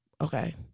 okay